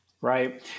Right